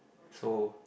so